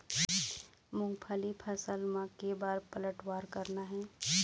मूंगफली फसल म के बार पलटवार करना हे?